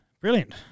Brilliant